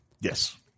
Yes